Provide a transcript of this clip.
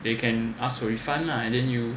they can ask for refund lah and then you